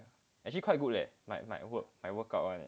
actually quite good leh like might work might work out [one] leh